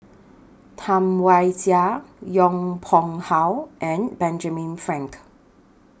Tam Wai Jia Yong Pung How and Benjamin Frank